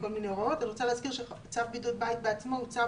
אני רוצה להזכיר שצו בידוד בית בעצמו הוא צו